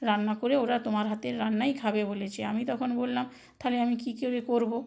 রান্না করে ওরা তোমার হাতের রান্নাই খাবে বলেছে আমি তখন বললাম থালে আমি কী করে করবো